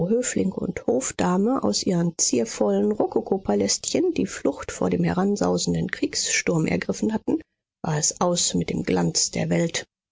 und hofdame aus ihren ziervollen rokokopalästchen die flucht vor dem heransausenden kriegssturm ergriffen hatten war es aus mit dem glanz der welt